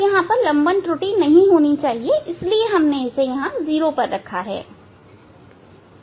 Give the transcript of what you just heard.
यहां लंबन त्रुटि नहीं होनी चाहिए इसलिए इसे 0 रखा है